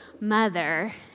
mother